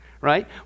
right